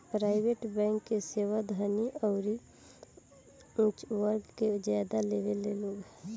private bank के सेवा धनी अउरी ऊच वर्ग के ज्यादा लेवेलन लोग